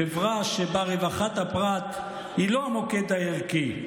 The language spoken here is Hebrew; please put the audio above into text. חברה שבה רווחת הפרט היא לא המוקד הערכי,